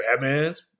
Batman's